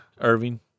Irving